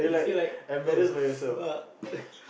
you feel like oh fuck